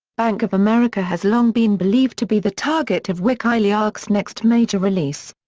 bank of america has long been believed to be the target of wikileaks' next major release.